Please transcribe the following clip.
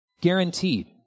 guaranteed